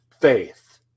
faith